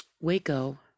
Waco